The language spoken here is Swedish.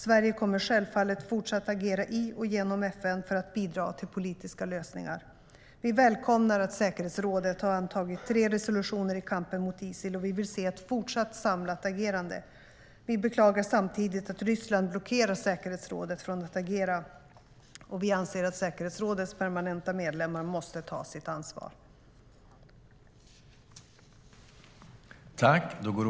Sverige kommer självfallet fortsätta att agera i och genom FN för att bidra till politiska lösningar. Vi välkomnar att säkerhetsrådet har antagit tre resolutioner i kampen mot Isil. Vi vill se ett samlat agerande även i fortsättningen. Vi beklagar samtidigt att Ryssland blockerar säkerhetsrådet från att agera. Säkerhetsrådets permanenta medlemmar måste ta sitt ansvar.